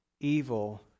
evil